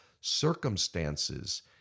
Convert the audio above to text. circumstances